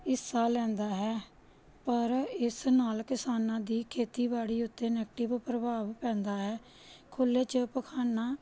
ਹਿੱਸਾ ਲੈਂਦਾ ਹੈ ਪਰ ਇਸ ਨਾਲ ਕਿਸਾਨਾਂ ਦੀ ਖੇਤੀਬਾੜੀ ਉੱਤੇ ਨੈਗਟਿਵ ਪ੍ਰਭਾਵ ਪੈਂਦਾ ਹੈ ਖੁੱਲ੍ਹੇ 'ਚ ਪਖਾਨਾ